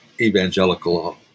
evangelical